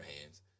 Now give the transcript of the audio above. hands